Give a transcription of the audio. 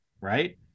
right